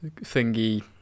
thingy